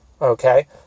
okay